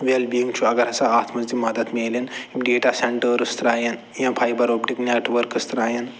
well being چھِ اگر ہسا اَتھ منٛز تہِ مدد میلن ڈیٹا سٮ۪نٛٹٲرٕس ترٛایَن یا فایبَرُک تہٕ نٮ۪ٹؤرکَس ترایَن